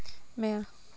म्या